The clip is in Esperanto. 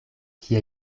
kie